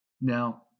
Now